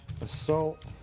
Assault